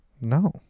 No